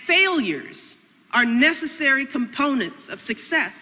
failures are necessary components of success